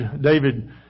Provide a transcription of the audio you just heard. David